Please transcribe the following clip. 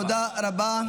תודה רבה.